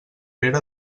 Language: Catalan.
pere